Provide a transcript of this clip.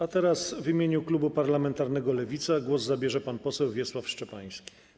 A teraz w imieniu klubu parlamentarnego Lewica głos zabierze pan poseł Wiesław Szczepański.